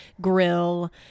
grill